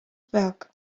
bheag